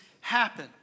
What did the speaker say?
happen